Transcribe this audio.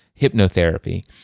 hypnotherapy